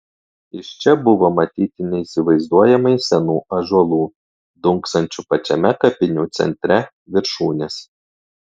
iš čia buvo matyti neįsivaizduojamai senų ąžuolų dunksančių pačiame kapinių centre viršūnės